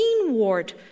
inward